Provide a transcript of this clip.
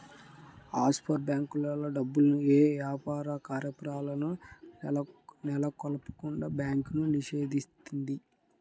offshore బ్యేంకుల్లో డబ్బుల్ని యే యాపార కార్యకలాపాలను నెలకొల్పకుండా బ్యాంకు నిషేధిత్తది